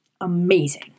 amazing